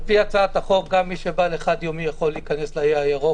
על פי הצעת החוק גם מי שבא לחד-יומי יכול להיכנס לאי הירוק,